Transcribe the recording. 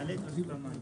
נעלה את רשות המים.